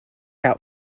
out